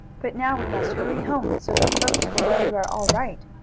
but now we must hurry home, so the folks will know you are all right.